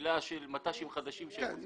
כן.